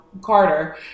Carter